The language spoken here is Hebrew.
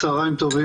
צהריים טובים